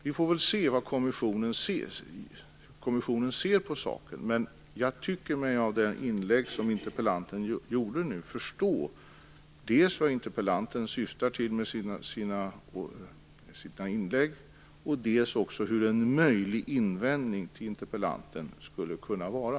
Vi får se hur kommissionen ser på saken. Av det inlägg som interpellanten gjorde tycker jag mig förstå dels vad interpellanten syftar till med sitt inlägg, dels vad en möjlig invändning till interpellanten skulle kunna vara.